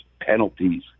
penalties